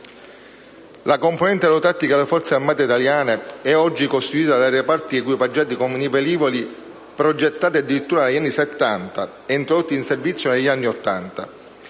La componente aerotattica delle Forze armate italiane è oggi costituita dai reparti equipaggiati con i velivoli progettati addirittura negli anni Settanta e introdotti in servizio negli anni Ottanta.